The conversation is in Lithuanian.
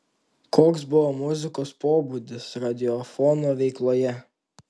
koks buvo muzikos pobūdis radiofono veikloje